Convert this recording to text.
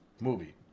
Movie